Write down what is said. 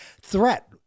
threat